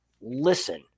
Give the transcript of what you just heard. listen